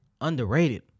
underrated